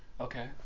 Okay